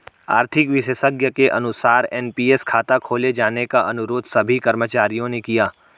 आर्थिक विशेषज्ञ के अनुसार एन.पी.एस खाता खोले जाने का अनुरोध सभी कर्मचारियों ने किया